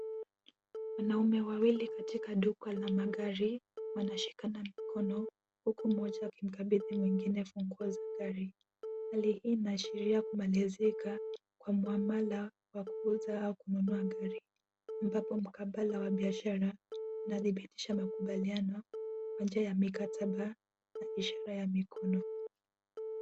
Wanaume wawili katika duka la magari wanashikana mikono, huku mmoja akimkabidhi mwingine funguo za gari. Hali hii inaashiria kumalizika kwa mwamala wa kuuza au kununua gari, ambapo mkabala wa biashara unadhibitisha makubaliano kwa njia ya mikataba na ishara ya mikono.